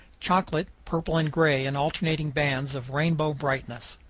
chocolate, purple, and gray in alternating bands of rainbow brightness.